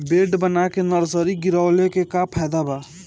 Bed बना के nursery गिरवले के का फायदा बा?